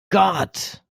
gott